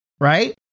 right